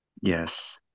Yes